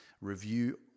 review